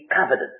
covenant